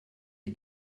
die